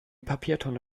papiertonne